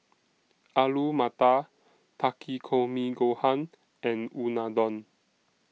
Alu Matar Takikomi Gohan and Unadon